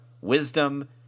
wisdom